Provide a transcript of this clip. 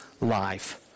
life